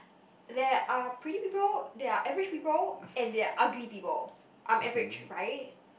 there are pretty people there are average people and there are ugly people I'm average right